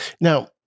Now